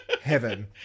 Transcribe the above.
heaven